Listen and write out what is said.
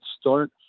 start